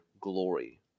glory